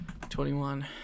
21